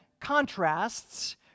contrasts